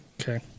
Okay